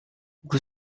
buku